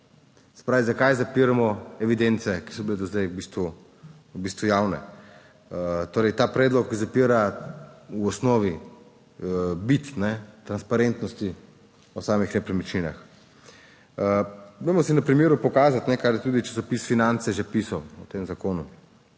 pravi zakaj zapiramo evidence, ki so bile do zdaj v bistvu, v bistvu javne. Torej, ta predlog zapira v osnovi bit transparentnosti o samih nepremičninah. Dajmo si na primeru pokazati kar je tudi časopis Finance že pisal, o tem zakonu.